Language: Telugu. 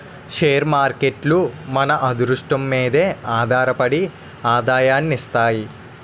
షేర్ మార్కేట్లు మన అదృష్టం మీదే ఆధారపడి ఆదాయాన్ని ఇస్తాయి